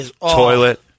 toilet